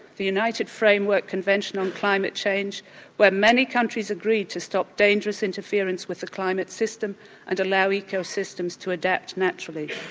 the united framework convention on climate change where many countries agreed to stop dangerous interference with the climate system and allow eco systems to adapt naturally.